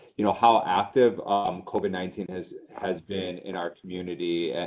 you know how active covid nineteen has has been in our community